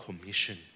commission